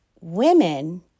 Women